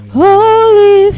Holy